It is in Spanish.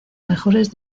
mejores